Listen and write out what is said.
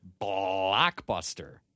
blockbuster